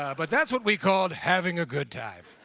but that's what we called having a good time.